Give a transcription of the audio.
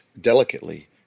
delicately